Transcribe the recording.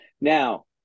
Now